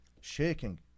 Shaking